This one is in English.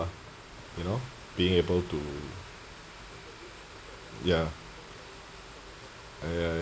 you know being able to ya ya ya ya